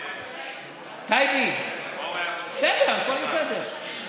הכול בסדר.